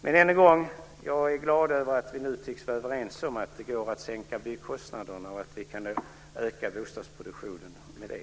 Än en gång: Jag är glad över att vi nu tycks vara överens om att det går att sänka byggkostnaderna och att vi kan öka bostadsproduktionen i och med det.